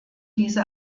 diese